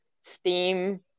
steam